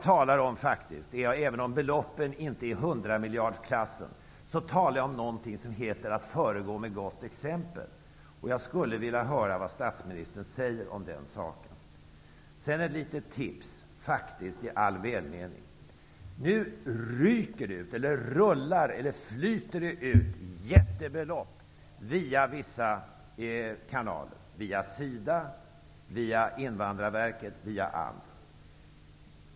Även om det inte är fråga om belopp på 100 miljarder kronor, finns det någonting som heter att föregå med gott exempel. Jag skulle vilja höra vad statsministern säger om den saken. Jag kan ge ett litet tips i all välmening. Nu ryker, flyter eller rullar jättebelopp ut via vissa kanaler, via SIDA, Invandrarverket och AMS.